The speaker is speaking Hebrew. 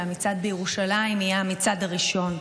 והמצעד בירושלים יהיה המצעד הראשון,